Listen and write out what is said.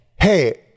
Hey